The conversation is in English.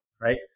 right